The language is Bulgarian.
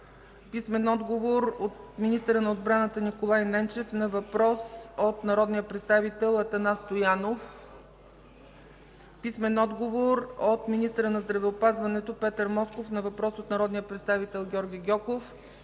Христо Гаджев; - министъра на отбраната Николай Ненчев на въпрос от народния представител Атанас Стоянов; - министъра на здравеопазването Петър Москов на въпрос от народния представител Георги Гьоков;